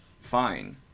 fine